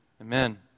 Amen